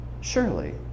surely